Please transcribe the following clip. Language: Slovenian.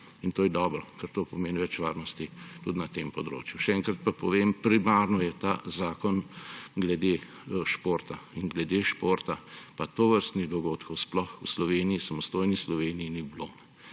in to je dobro, ker to pomeni več varnosti tudi na tem področju. Še enkrat pa povem, primarno je ta zakon glede športa. Glede športa pa tovrstnih dogodkov, sploh v Sloveniji, samostojni Sloveniji, ni bilo.